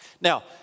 Now